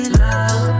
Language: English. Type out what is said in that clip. love